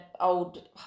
old